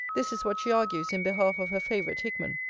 this is what she argues in behalf of her favourite hickman,